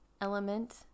element